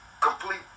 complete